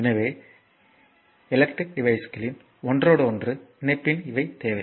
எனவே எலக்ட்ரிகல் டிவைஸ்களின் ஒன்றோடொன்று இணைப்பில் இவை தேவை